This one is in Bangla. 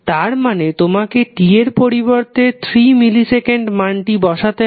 তার মানে তোমাকে t এর পরিবর্তে 3 মিলি সেকেন্ড মানটি বসাতে হবে